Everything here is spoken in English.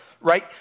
right